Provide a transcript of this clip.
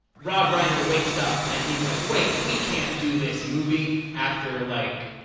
rob reiner wakes up and he's like, wait, we can't do this movie after. like,